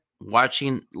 watching